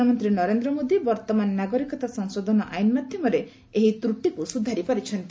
ପ୍ରଧାନମନ୍ତ୍ରୀ ନରେନ୍ଦ୍ର ମୋଦି ବର୍ତ୍ତମାନ ନାଗରିକତା ସଂଶୋଧନ ଆଇନ ମାଧ୍ୟମରେ ଏହି ତ୍ରଟିକୁ ସୁଧାରି ପାରିଛନ୍ତି